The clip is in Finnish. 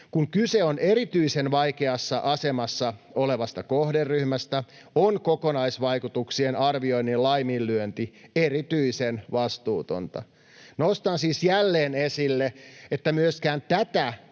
Kun kyse on erityisen vaikeassa asemassa olevasta kohderyhmästä, on kokonaisvaikutuksien arvioinnin laiminlyönti erityisen vastuutonta. Nostan siis jälleen esille, että myöskään tätä kuntoutusrahan